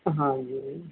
ਹਾਂ ਜੀ